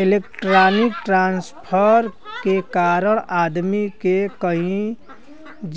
electronic transfer के कारण आदमी के कहीं